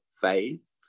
faith